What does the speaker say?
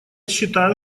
считаю